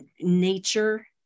nature